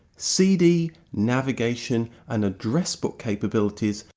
cd, navigation and address book capabilities,